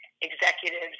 executives